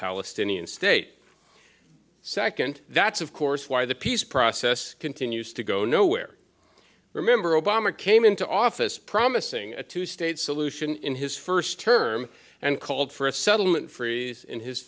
palestinian state second that's of course why the peace process continues to go nowhere remember obama came into office promising a two state solution in his first term and called for a settlement freeze in his